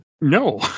No